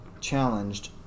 challenged